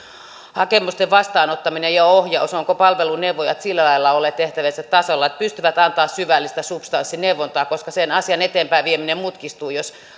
hakemusten vastaanottaminen ja ohjaus niin ovatko palveluneuvojat olleet sillä lailla tehtäviensä tasolla että pystyvät antamaan syvällistä substanssineuvontaa koska sen asian eteenpäinvieminen mutkistuu jos